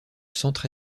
centre